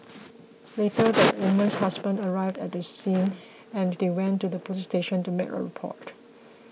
later the woman's husband arrived at the scene and they went to the police station to make a report